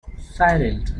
silent